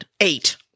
eight